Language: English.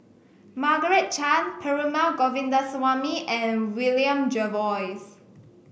Margaret Chan Perumal Govindaswamy and William Jervois